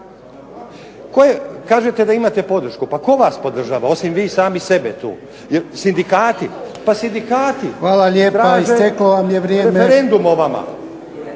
Kažete da imate podršku, pa tko vas podržava osim vi sami sebe tu? Jel sindikati? Pa sindikati traže referendum o vama.